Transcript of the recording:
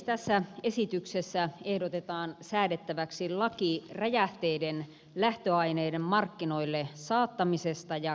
tässä esityksessä ehdotetaan säädettäväksi laki räjähteiden lähtöaineiden markkinoille saattamisesta ja käytöstä